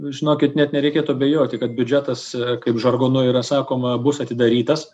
žinokit net nereikėtų abejoti kad biudžetas kaip žargonu yra sakoma bus atidarytas